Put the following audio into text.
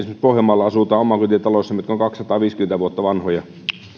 pohjanmaalla asutaan omakotitaloissa mitkä ovat kaksisataaviisikymmentä vuotta vanhoja